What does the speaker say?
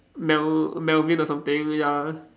Mel~ Melvin or something ya